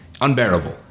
unbearable